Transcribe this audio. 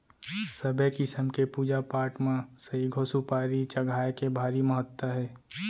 सबे किसम के पूजा पाठ म सइघो सुपारी चघाए के भारी महत्ता हे